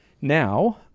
Now